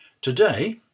Today